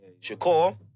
Shakur